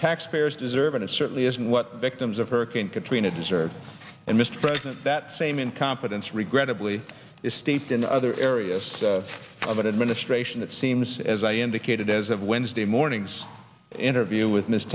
taxpayers deserve and certainly isn't what victims of hurricane katrina deserve and mr president that same incompetence regrettably is steeped in other areas of an administration that seems as i indicated as of wednesday mornings interview with miss